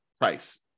price